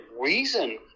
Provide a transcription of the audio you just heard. reason